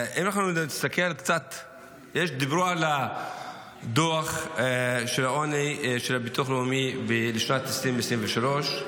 דיברו על דוח העוני של הביטוח לאומי לשנת 2023,